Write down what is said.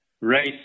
race